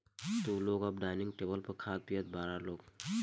तू लोग अब डाइनिंग टेबल पर खात पियत बारा लोग